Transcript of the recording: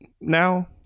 now